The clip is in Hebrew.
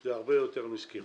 זה הרבה יותר מסקירה.